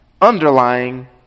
underlying